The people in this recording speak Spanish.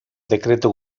decreto